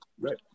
Right